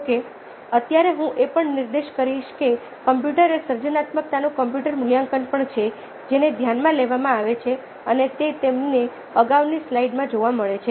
જો કે અત્યારે હું એ પણ નિર્દેશ કરીશ કે કોમ્પ્યુટર એ સર્જનાત્મકતાનું કોમ્પ્યુટર મૂલ્યાંકન પણ છે જેને ધ્યાનમાં લેવામાં આવે છે અને તે તમને અગાઉની સ્લાઈડમાં જોવા મળે છે